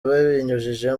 babinyujije